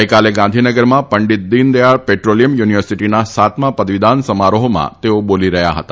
ગઈકાલે ગાંધીનગરમાં પંડિત દીનદથાળ પેટ્રોલીયમ યુનિવર્સિટીના સાતમાં પદવીદાન સમારોહમાં તેઓ બોલી રહ્યા હતા